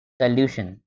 solution